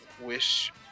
wish